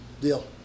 Deal